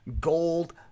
gold